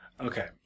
Okay